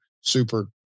super